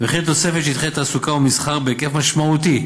וכן תוספת שטחי תעסוקה ומסחר בהיקף משמעותי,